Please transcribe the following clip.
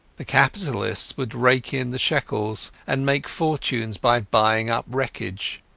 the capitalists would rake in the shekels, and make fortunes by buying up wreckage.